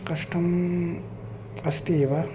कष्टम् अस्ति एव